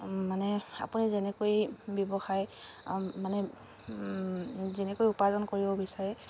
মানে আপুনি যেনেকৈ ব্যৱসায় মানে যেনেকৈ উপাৰ্জন কৰিব বিচাৰে